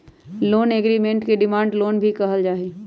loan agreement के demand loan भी कहल जा हई